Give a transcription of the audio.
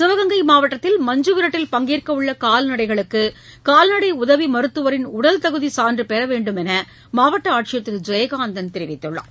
சிவகங்கை மாவட்டத்தில் மஞ்சு விரட்டில் பங்கேற்க உள்ள கால்நடைகளுக்கு கால்நடை உதவி மருத்துவரின் உடல் தகுதி சான்று பெற வேண்டுமென மாவட்ட ஆட்சியர் திரு ஜெயகாந்தன் தெரிவித்துள்ளார்